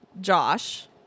Josh